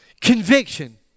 Conviction